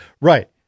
Right